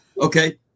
Okay